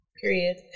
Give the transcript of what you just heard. Period